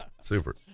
Super